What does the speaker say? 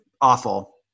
awful